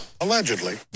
Allegedly